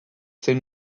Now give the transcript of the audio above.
zein